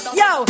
yo